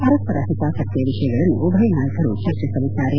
ಪರಸ್ತರ ಓತಾಸಕ್ತಿಯ ವಿಷಯಗಳನ್ನು ಉಭಯ ನಾಯಕರು ಚರ್ಚಿಸಲಿದ್ದಾರೆ